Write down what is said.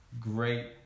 Great